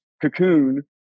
cocoon